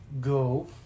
go